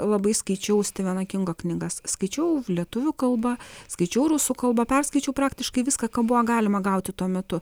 labai skaičiau stiveno kingo knygas skaičiau lietuvių kalba skaičiau rusų kalba perskaičiau praktiškai viską ką buvo galima gauti tuo metu